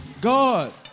God